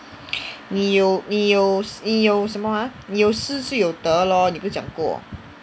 你有你有你有什么 ah 你有失就有得 lor 你不是讲过